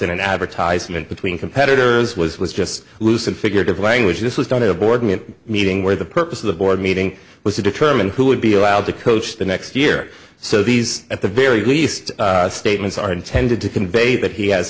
in an advertisement between competitors was was just loose and figurative language this was done in a board and meeting where the purpose of the board meeting was to determine who would be allowed to coach the next year so these at the very least statements are intended to convey that he has